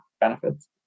benefits